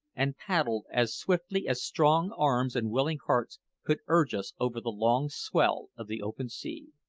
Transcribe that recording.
and paddled as swiftly as strong arms and willing hearts could urge us over the long swell of the open sea.